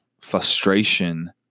frustration